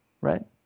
Right